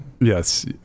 Yes